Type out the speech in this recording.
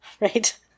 right